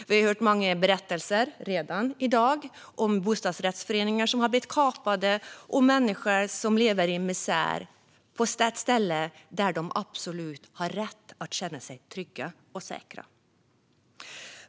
Vi har hört många berättelser i dag om bostadsrättsföreningar som blivit kapade och människor som lever i misär på ett ställe där de absolut har rätt att känna sig trygga och säkra.